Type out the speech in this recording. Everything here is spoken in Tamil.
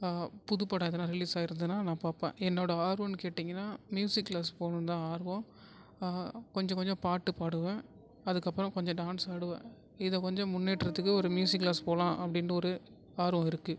புதுப்படம் எதனால் ரிலீஸ் ஆகிருந்தனா நான் பார்ப்பேன் என்னோடய ஆர்வோம்னு கேட்டீங்கனால் ம்யூசிக் க்ளாஸ் போனுந்தான் ஆர்வம் கொஞ்சம் கொஞ்சப் பாட்டுப் பாடுவேன் அதுக்கப்புறம் கொஞ்சம் டான்ஸ் ஆடுவேன் இதைக் கொஞ்சம் முன்னேற்றத்துக்கு ஒரு ம்யூசிக் க்ளாஸ் போகலாம் அப்படின்ட்டு ஒரு ஆர்வம் இருக்குது